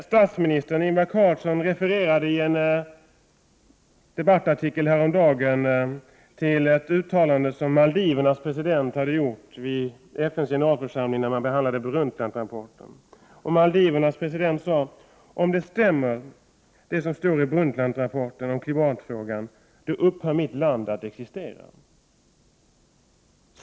Statsminister Ingvar Carlsson refererade i en debattartikel häromdagen till ett uttalande som Maldivernas president gjorde vid FN:s generalförsamling när man behandlade Brundtland-rapporten. Maldivernas president sade följande: Om det som står i Brundtland-rapporten om klimatfrågan stäm mer, upphör mitt land att existera.